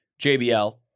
JBL